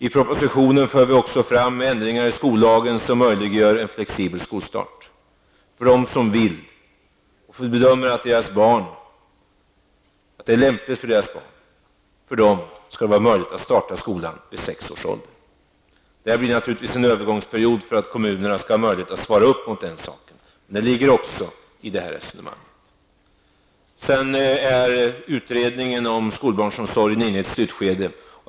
I propositionen för vi också fram förslag till ändringar i skollagen som möjliggör en flexibel skolstart för dem som vill och bedömer att det är lämpligt för deras barn. För dessa barn skall det vara möjligt att börja i skolan vid sex års ålder. Det behövs naturligtvis en övergångsperiod för att kommunerna skall kunna få möjlighet att svara upp emot detta. Det ligger också i resonemanget. Utredningen om skolbarnsomsorgen är inne i ett slutskede.